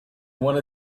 wanna